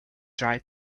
try